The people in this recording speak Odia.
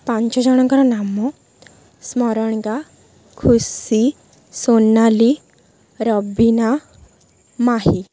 ପାଞ୍ଚ ଜଣଙ୍କର ନାମ ସ୍ମରଣିକା ଖୁସି ସୋନାଲି ରବିନା ମାହି